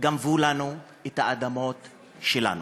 גנבו לנו את האדמות שלנו.